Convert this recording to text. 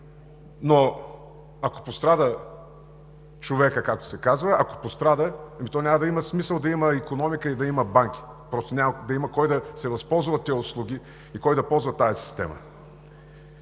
но ако пострада човекът, както се казва, ми то няма да има смисъл да има икономика и да има банки. Просто няма да има кой да се възползва от тези услуги и кой да ползва тази система.